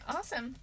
Awesome